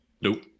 Nope